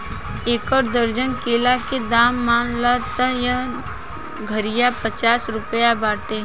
एक दर्जन केला के दाम मान ल त एह घारिया पचास रुपइआ बाटे